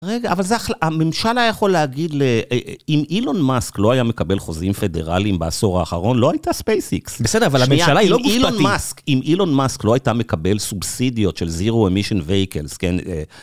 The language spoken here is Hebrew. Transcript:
רגע, אבל הממשלה יכולה להגיד, אם אילון מאסק לא היה מקבל חוזים פדרליים בעשור האחרון, לא הייתה ספייסיקס. בסדר, אבל הממשלה היא לא מוספטית. אם אילון מאסק לא הייתה מקבל סובסידיות של זירו אמישן וייקלס, כן.